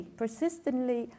persistently